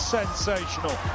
sensational